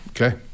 Okay